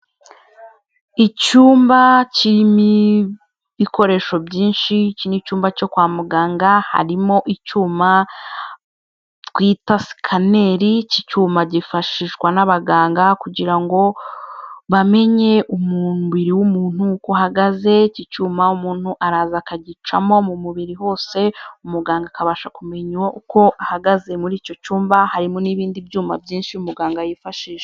Icyumba kirimo ibikoresho byinshi, iki ni icyumba cyo kwa muganga harimo icyuma twita sikaneri iki cyuma gifashishwa n'abaganga kugira ngo bamenye umubiri w'umuntu uko uhagaze, iki cyuma umuntu araza akagicamo mu mubiri hose muganga akabasha kumenya uko ahagaze, muri icyo cyumba harimo n'ibindi byuma byinshi muganga yifashisha.